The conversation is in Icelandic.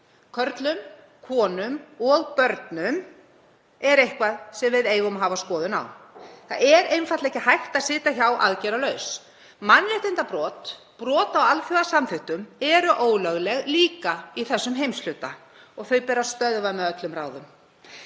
körlum, konum og börnum, er eitthvað sem við eigum að hafa skoðun á. Það er einfaldlega ekki hægt að sitja aðgerðalaus hjá. Mannréttindabrot og brot á alþjóðasamþykktum eru líka ólögleg í þessum heimshluta og þau ber að stöðva með öllum ráðum.